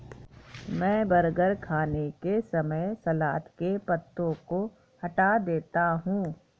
मैं बर्गर खाने के समय सलाद के पत्तों को हटा देता हूं